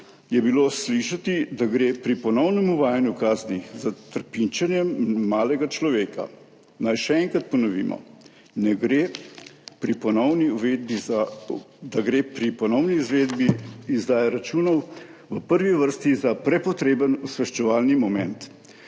je bilo slišati, da gre pri ponovnem uvajanju kazni s trpinčenjem malega človeka. Naj še enkrat ponovimo, da gre pri ponovni uvedbi izdaje računov v prvi vrsti za prepotreben osveščevalni moment,